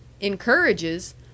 Encourages